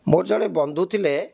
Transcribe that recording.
ମୋର ଜଣେ ବନ୍ଧୁ ଥିଲେ